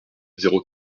zéro